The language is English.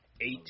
Eight